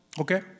Okay